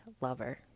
lover